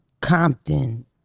Compton